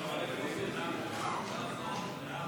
בעד, 44, 60 נגד.